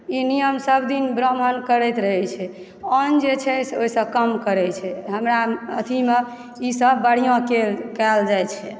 ई नियमसभ दिन ब्राम्हण करैत रहय छै आन जे छै से ओहिसँ कम करय छै हमरा अथीमे ईसभ बढ़िआँ कयल जाइत छै